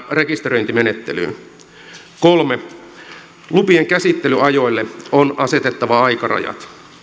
rekisteröintimenettelyyn kolme lupien käsittelyajoille on asetettava aikarajat